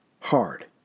hard